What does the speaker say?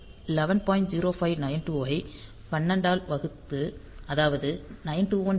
0592 ஐ 12 ஆல் வகுத்து அதாவது 921